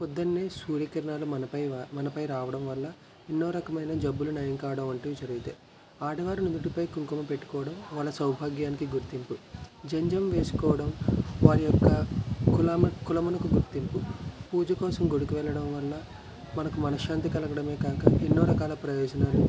ప్రొద్దున్నే సూర్యకిరణాలు మనపై మనపై రావడం వల్ల ఎన్నో రకమైన జబ్బులు నయం కావడం వంటివి జరుగుతాయి ఆడవారి నుదుటిపై కుంకుమ పెట్టుకోవడం వాళ్ళ సౌభాగ్యానికి గుర్తింపు జంద్యం వేసుకోవడం వారి యొక్క కుల కులములకు గుర్తింపు పూజ కోసం గుడికి వెళ్ళడం వల్ల మనకి మనశ్శాంతి కలగడమేకాక ఎన్నో రకాల ప్రయోజనాలు